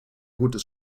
gutes